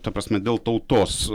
ta prasme dėl tautos